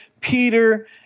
Peter